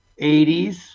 80s